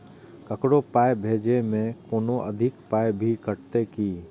ककरो पाय भेजै मे कोनो अधिक पाय भी कटतै की?